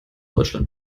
europa